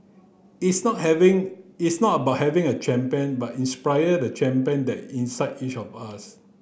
it's not having it's not about having a champion but inspiring the champion that inside each of us